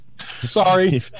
Sorry